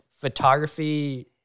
photography